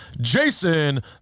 Jason